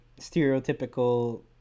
stereotypical